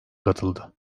katıldı